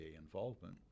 involvement